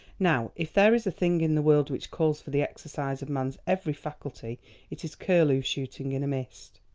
now if there is a thing in the world which calls for the exercise of man's every faculty it is curlew shooting in a mist.